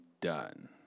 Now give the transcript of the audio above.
done